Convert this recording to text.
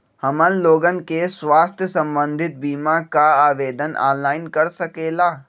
हमन लोगन के स्वास्थ्य संबंधित बिमा का आवेदन ऑनलाइन कर सकेला?